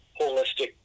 holistic